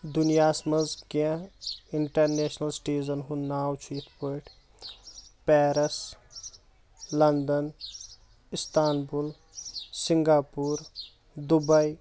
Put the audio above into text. دُنیا ہس منٛز کینٛہہ انٹرنیشنل سِٹیٖزن ہُنٛد ناو چھُ یتھ پٲٹھۍ Paris London Istanbul Singapore Dubai